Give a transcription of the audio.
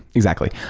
exactly.